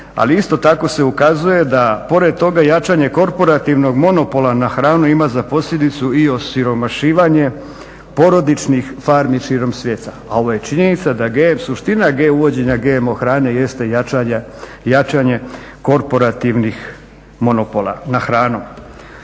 Ali isto tako se ukazuje da pored toga jačanje korporativnog monopola na hranu ima za posljedicu i osiromašivanje porodičnih farmi širom svijeta, a ovo je činjenica da suština uvođenja GMO hrane jeste jačanje korporativnih monopola na hranu.